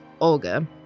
Olga